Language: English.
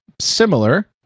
similar